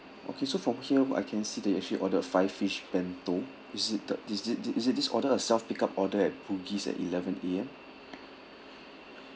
okay so from here what I can see that you actually ordered five fish bento is it the is it this is it this order or self pick up order at bugis at eleven A_M